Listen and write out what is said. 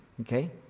Okay